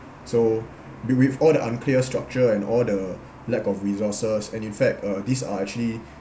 so wi~ with all the unclear structure and all the lack of resources and in fact uh these are actually